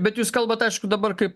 bet jūs kalbat aišku dabar kaip